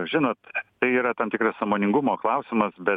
žinot tai yra tam tikras sąmoningumo klausimas bet